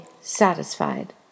satisfied